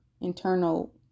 internal